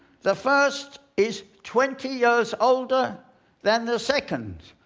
the first is twenty years older than the second.